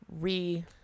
re